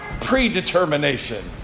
predetermination